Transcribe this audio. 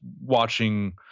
watching